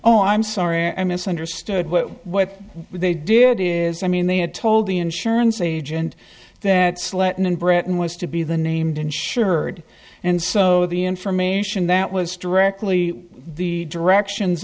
all i'm sorry i misunderstood what they did is i mean they had told the insurance agent that slaton in britain was to be the named insured and so the information that was directly the directions